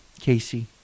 Casey